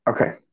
Okay